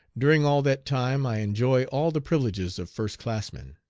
during all that time i enjoy all the privileges of first-classmen.